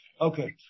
Okay